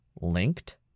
linked